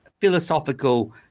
philosophical